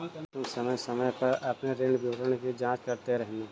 तुम समय समय पर अपने ऋण विवरण की जांच करते रहना